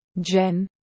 jen